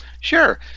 Sure